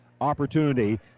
opportunity